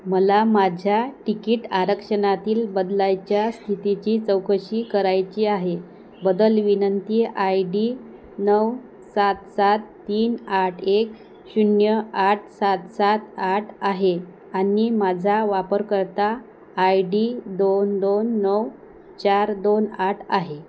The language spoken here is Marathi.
मला माझ्या टिकीट आरक्षणातील बदलायच्या स्थितीची चौकशी करायची आहे बदल विनंती आय डी नऊ सात सात तीन आठ एक शून्य आठ सात सात आठ आहे आणि माझा वापरकर्ता आय डी दोन दोन नऊ चार दोन आठ आहे